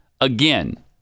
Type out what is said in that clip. again